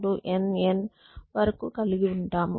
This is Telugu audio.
Nn వరకు కలిగి ఉంటాము